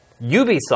Ubisoft